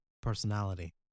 personality